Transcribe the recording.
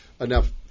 enough